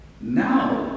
Now